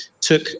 took